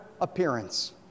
appearance